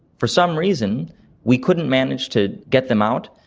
for some reason we couldn't manage to get them out,